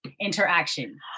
interaction